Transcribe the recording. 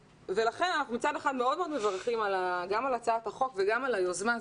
לכן אנחנו מצד אחד מאוד מאוד מברכים גם על הצעת החוק וגם על היוזמה.